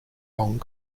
hong